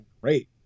great